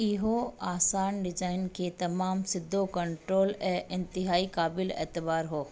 इहो आसानु डिजाइन खे तमामु सिधो कंट्रोल ऐं इंतिहाई क़ाबिल ऐतबार हो